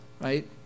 right